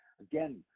Again